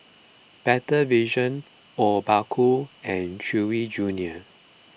Better Vision Obaku and Chewy Junior